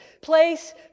place